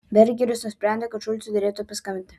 bergeris nusprendė kad šulcui derėtų paskambinti